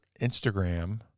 Instagram